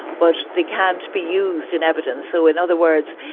but they can't be used in evidence. so in other words,